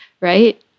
right